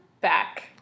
back